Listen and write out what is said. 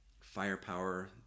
firepower